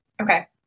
Okay